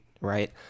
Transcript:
right